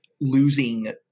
losing